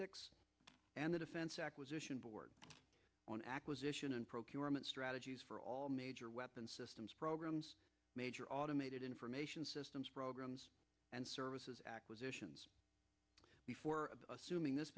stics and the defense acquisition board on acquisition and procurement strategies for all major weapon systems programs major automated information systems programs and services acquisitions before assuming this